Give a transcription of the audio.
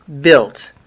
built